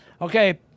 okay